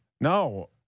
no